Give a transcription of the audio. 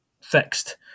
fixed